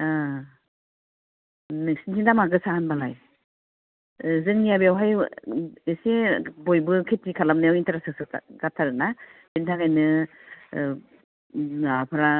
नोंसोरनि दामआ गोसा होनबालाय जोंनिया बेवहाय एसे बयबो खेति खालामनायाव इन्टारेस्ट जाथारोना बेनि थाखायनो माबाफोरा